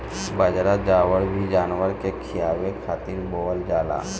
बजरा, जवार भी जानवर के खियावे खातिर बोअल जाला